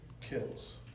kills